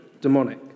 demonic